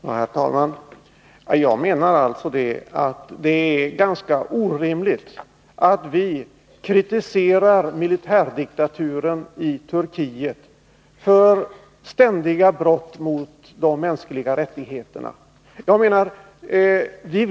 Herr talman! Jag menar alltså att det är ganska orimligt att vi kritiserar militärdiktaturen i Turkiet för ständiga brott mot de mänskliga rättigheterna och ändå handlar som vi gör.